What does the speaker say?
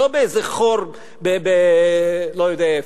לא באיזה חור לא יודע איפה.